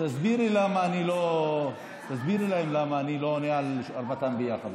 רק תסבירי להם למה אני לא עונה על ארבעתן ביחד,